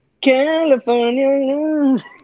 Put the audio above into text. California